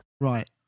Right